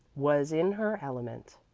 was in her element.